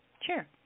Sure